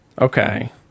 Okay